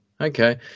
Okay